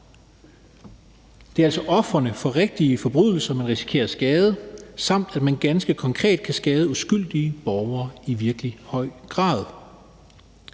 Det er altså ofrene for rigtige forbrydelser, man risikerer at skade, samt at man ganske konkret kan skade uskyldige borgere i virkelig høj grad.